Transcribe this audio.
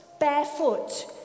barefoot